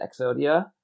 Exodia